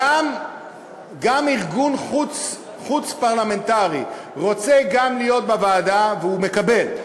גם ארגון חוץ-פרלמנטרי רוצה להיות בוועדה והוא מקבל,